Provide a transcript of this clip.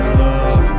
love